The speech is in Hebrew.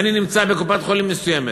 אני נמצא בקופת-חולים מסוימת,